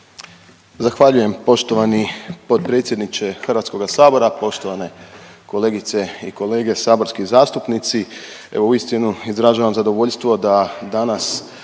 Zahvaljujem poštovani potpredsjedniče HS-a, poštovane kolegice i kolege saborski zastupnici. Evo uistinu izražavam zadovoljstvo da danas